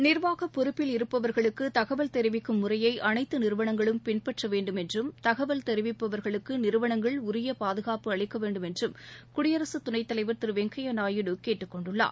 நிர்வாக பொறுப்பில் இருப்பவர்களுக்கு தகவல் தெரிவிக்கும் முறையை அனைத்து நிறுவளங்களும் பின்பற்ற வேண்டும் என்றும் தகவல் தெரிவிப்பவர்களுக்கு நிறுவனங்கள் உரிய பாதுகாப்பு அளிக்க வேண்டும் என்றும் குடியரசுத் துணைத் தலைவர் திரு வெங்கய்யா நாயுடு கேட்டுக் கொண்டுள்ளார்